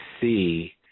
see